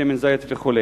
שמן זית ועוד.